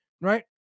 right